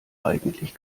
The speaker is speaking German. eigentlich